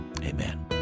amen